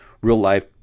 real-life